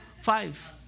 five